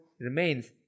remains